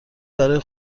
برای